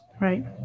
Right